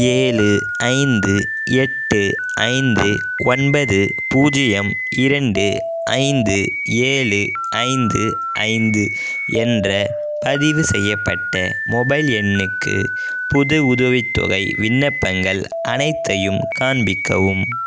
ஏழு ஐந்து எட்டு ஐந்து ஒன்பது பூஜ்யம் இரண்டு ஐந்து ஏழு ஐந்து ஐந்து என்ற பதிவு செய்யப்பட்ட மொபைல் எண்ணுக்கு புது உதவித்தொகை விண்ணப்பங்கள் அனைத்தையும் காண்பிக்கவும்